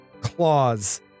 Claws